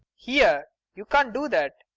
here! you can't do that.